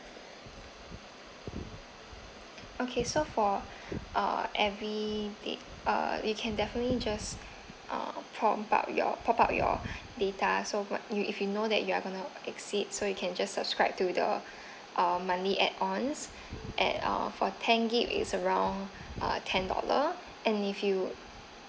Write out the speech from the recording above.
okay so for uh every date uh we can definitely just uh top up your top up your data so what you if you know that you're gonna exceed so you can just subscribe to the uh monthly add ons at uh for ten gig it is around uh ten dollar and if you